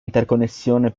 interconnessione